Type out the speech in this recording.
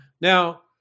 Now